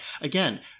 again